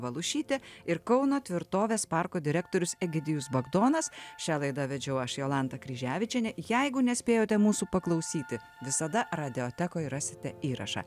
valužytė ir kauno tvirtovės parko direktorius egidijus bagdonas šią laidą vedžiau aš jolanta kryževičienė jeigu nespėjote mūsų paklausyti visada radiotekoje ir rasite įrašą